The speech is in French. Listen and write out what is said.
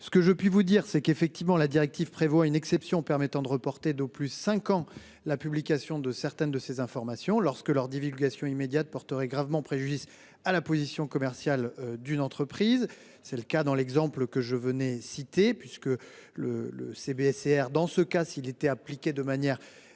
Ce que je puis vous dire c'est qu'effectivement la directive prévoit une exception permettant de reporter d'au plus 5 ans. La publication de certaines de ces informations lorsque leur divulgation immédiate porterait gravement préjudice à la position commerciale d'une entreprise, c'est le cas dans l'exemple que je venais citer puisque le le CBC. Dans ce cas, s'il était appliqué de manière